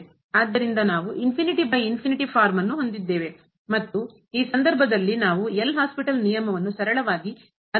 ಆದ್ದರಿಂದ ನಾವು ಫಾರ್ಮ್ ಅನ್ನು ಹೊಂದಿದ್ದೇವೆ ಮತ್ತು ಈ ಸಂದರ್ಭದಲ್ಲಿ ನಾವು ಎಲ್ ಹಾಸ್ಪಿಟಲ್ ನಿಯಮವನ್ನು ಸರಳವಾಗಿ ಅನ್ವಯಿಸಿದರೆ ಏನಾಗಬಹುದು